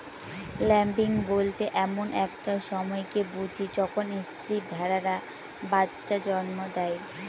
lambing বলতে এমন একটা সময়কে বুঝি যখন স্ত্রী ভেড়ারা বাচ্চা জন্ম দেয়